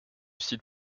site